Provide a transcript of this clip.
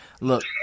look